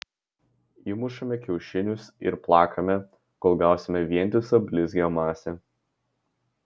įmušame kiaušinius ir plakame kol gausime vientisą blizgią masę